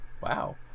wow